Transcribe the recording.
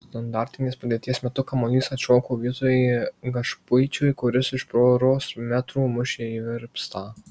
standartinės padėties metu kamuolys atšoko vytui gašpuičiui kuris iš poros metrų mušė į virpstą